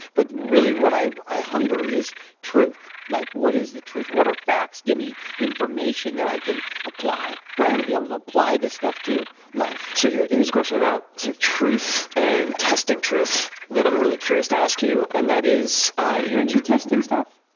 but really what i i hunger is truth, like what is the truth, what are facts, give me information that i can apply. i want to be able to apply this stuff to life. so here's here's a question about some truth and testing truth that i'm really curious to ask you, and that is you're into testing stuff?